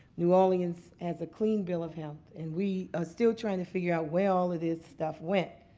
new orleans has a clean bill of health. and we are still trying to figure out where all of this stuff went.